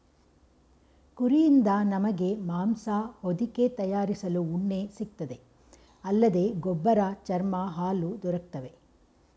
ಕುರಿಯಿಂದ ನಮಗೆ ಮಾಂಸ ಹೊದಿಕೆ ತಯಾರಿಸಲು ಉಣ್ಣೆ ಸಿಗ್ತದೆ ಅಲ್ಲದೆ ಗೊಬ್ಬರ ಚರ್ಮ ಹಾಲು ದೊರಕ್ತವೆ